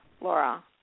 Laura